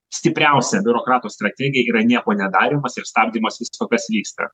stipriausia biurokratų strategija yra nieko nedarymas ir stabdymas visko kas vyksta